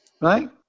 Right